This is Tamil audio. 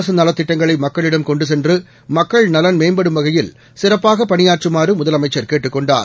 அரசு நலத்திட்டங்களை மக்களிடம் கொண்டு சென்று மக்கள் நலன் மேம்படும் வகையில் சிறப்பாக பணியாற்றுமாறு முதலமைச்சர் கேட்டுக் கொண்டார்